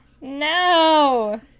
No